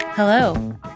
Hello